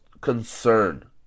concern